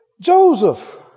Joseph